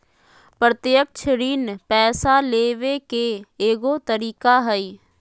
प्रत्यक्ष ऋण पैसा लेबे के एगो तरीका हइ